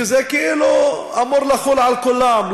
זה כאילו אמור לחול על כולם,